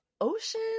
ocean